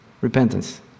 Repentance